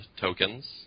tokens